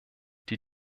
die